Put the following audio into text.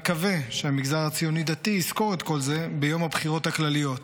אני מקווה שהמגזר הציוני-דתי יזכור את כל זה ביום הבחירות הכלליות,